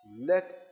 let